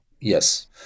Yes